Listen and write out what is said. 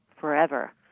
forever